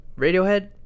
Radiohead